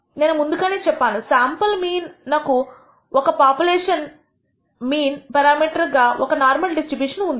నేను ముందుగానే చెప్పాను శాంపుల్ మీన్ నకు ఒక పాపులేషన్ మీన్ పేరామీటర్ గా ఒక నార్మల్ డిస్ట్రిబ్యూషన్ ఉంది